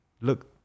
look